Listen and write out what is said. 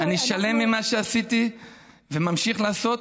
בסדר, אנחנו, אני שלם עם מה שעשיתי וממשיך לעשות.